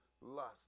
lust